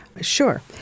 Sure